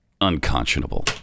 unconscionable